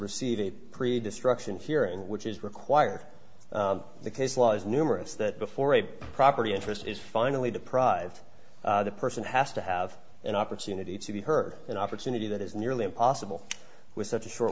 a pre destruction hearing which is required in the case law is numerous that before a property interest is finally deprived the person has to have an opportunity to be heard an opportunity that is nearly impossible with such a short